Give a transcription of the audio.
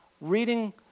reading